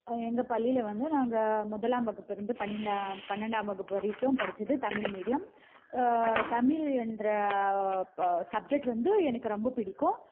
எங்கள் பள்ளியில் வந்து நாங்கள் முதலாம் வகுப்பு இருந்து பன்னெண்டாம் வகுப்பு வரைக்கும் படித்தது தமிழ் மீடியம் தமிழ் என்ற சப்ஜெக்ட் வந்து எனக்கு ரொம்ப பிடிக்கும்